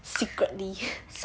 secretly